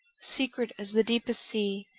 secret as the deepest sea.